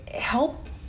help